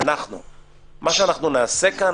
שואל כאן.